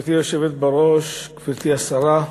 גברתי היושבת-ראש, גברתי השרה,